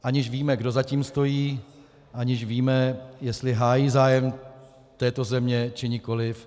Aniž víme, kdo za tím stojí, aniž víme, jestli hájí zájem této země či nikoliv.